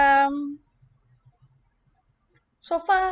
um so far